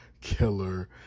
killer